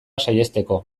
saihesteko